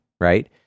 right